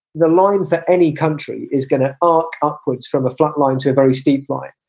the line for any country is going to ah outputs from a flat line to a very steep line.